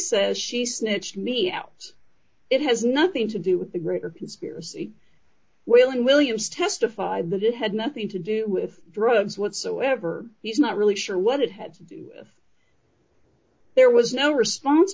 says she snitched me out it has nothing to do with the greater conspiracy willing williams testified that it had nothing to do with drugs whatsoever he's not really sure what it had to do with there was no response